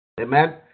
Amen